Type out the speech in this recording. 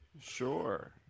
sure